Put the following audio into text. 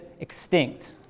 extinct